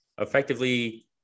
effectively